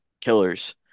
Killers